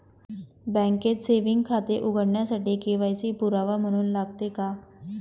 बँकेत सेविंग खाते उघडण्यासाठी के.वाय.सी पुरावा म्हणून लागते का?